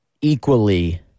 equally